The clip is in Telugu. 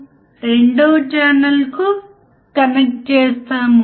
క్లిప్పింగ్ జరుగుతున్నట్లు మనం చూడవచ్చు